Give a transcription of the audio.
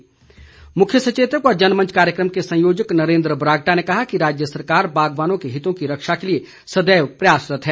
बरागटा मुख्य सचेतक व जनमंच कार्यक्रम के संयोजक नरेन्द्र बरागटा ने कहा है कि राज्य सरकार बागवानों के हितों की रक्षा के लिए सदैव प्रयासरत्त है